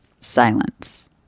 silence